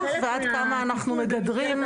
ועד כמה אנחנו מגדרים.